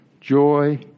joy